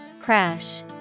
Crash